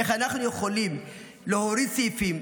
איך אנחנו יכולים להוריד סעיפים,